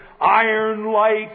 iron-like